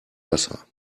wasser